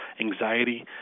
anxiety